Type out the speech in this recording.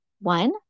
One